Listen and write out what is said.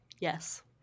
Yes